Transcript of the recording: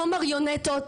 כמו מריונטות,